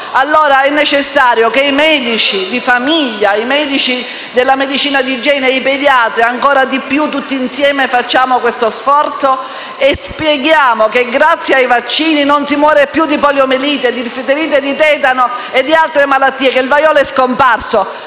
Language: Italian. È necessario che i medici di famiglia, quelli di medicina generale, i pediatri e, ancora di più, noi tutti, insieme, facciamo questo sforzo per spiegare che grazie ai vaccini non si muore più di poliomelite, di difterite e di tetano e di altre malattie e che il vaiolo è scomparso.